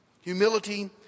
Humility